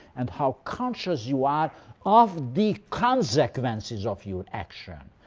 and how conscious you are of the consequences of your action.